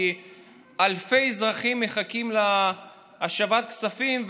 כי אלפי אזרחים מחכים להשבת כספים,